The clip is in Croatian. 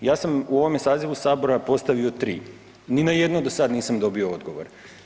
Ja sam u ovome sazivu Sabora postavio 3. ni na jedno do sad nisam dobio odgovor.